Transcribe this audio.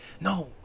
No